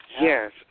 Yes